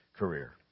career